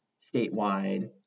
statewide